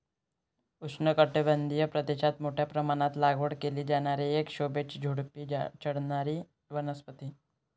उष्णकटिबंधीय प्रदेशात मोठ्या प्रमाणात लागवड केली जाणारी एक शोभेची झुडुपी चढणारी वनस्पती